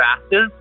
fastest